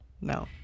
no